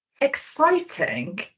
exciting